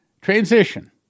transition